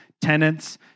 tenants